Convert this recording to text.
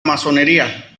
masonería